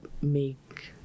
make